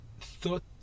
thought